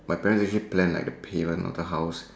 my parents actually planned like the payment of the house